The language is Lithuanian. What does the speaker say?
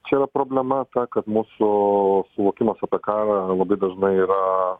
čia yra problema ta kad mūsų suvokimas apie karą labai dažnai yra